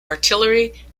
artillery